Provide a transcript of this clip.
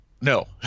No